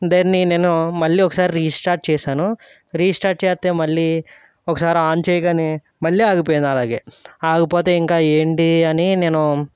దాన్ని నేను మళ్ళీ ఒకసారి రీస్టార్ట్ చేసాను రీస్టార్ట్ చేస్తే మళ్ళీ ఒకసారి ఆన్ చేయగానే మళ్ళీ ఆగిపోయింది అలాగే ఆగిపోతే ఇంకా ఏంటి అని నేను